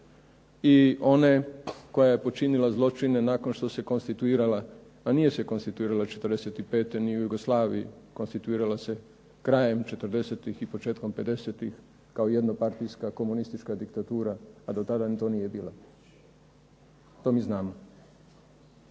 i one koja je počinila zloćine nakon što se konstituirala, a nije se konstituirala '45. ni u Jugoslaviji. Konstituirala se krajem četrdesetih i početkom pedesetih kao jednopartijska komunistička diktatura, a do tada to nije bila. To mi znamo.